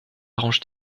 arrange